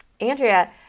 Andrea